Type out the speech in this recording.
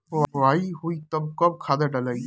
बोआई होई तब कब खादार डालाई?